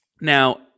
Now